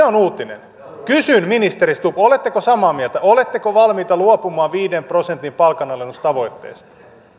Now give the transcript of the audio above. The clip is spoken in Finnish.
on uutinen kysyn ministeri stubb oletteko samaa mieltä oletteko valmis luopumaan viiden prosentin palkanalennustavoitteesta